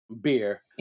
beer